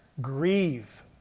grieve